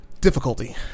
Difficulty